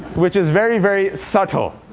which is very, very subtle.